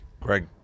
Greg